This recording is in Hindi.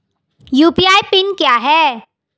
यू.पी.आई पिन क्या है?